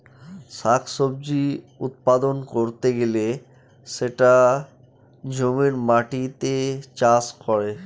শাক সবজি উৎপাদন করতে গেলে সেটা জমির মাটিতে চাষ করে